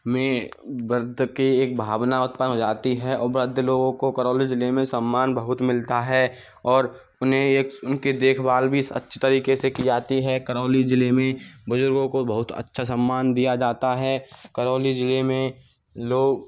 में वृद्ध की एक भावना उत्पन्न हो जाती है और वृद्ध लोगों को करौली ज़िले में सम्मान बहुत मिलता है और उन्हें एक उन के देखभाल भी अच्छी तरीक़े से की जाती है करौली ज़िले में बुज़ुर्गों को बहुत अच्छा सम्मान दिया जाता है करौली ज़िले में लोग